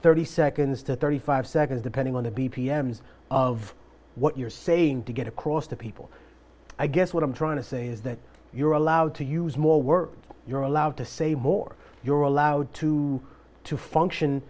thirty seconds to thirty five seconds depending on to be p m s of what you're saying to get across to people i guess what i'm trying to say is that you're allowed to use more words you're allowed to say more you're allowed to to function